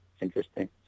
interesting